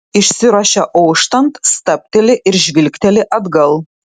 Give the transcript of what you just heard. išsiruošia auštant stabteli ir žvilgteli atgal